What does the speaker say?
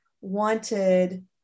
wanted